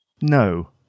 No